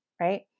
right